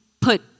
put